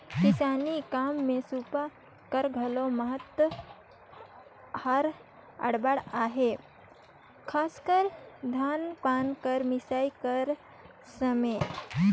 किसानी काम मे सूपा कर घलो महत हर अब्बड़ अहे, खासकर धान पान कर मिसई कर समे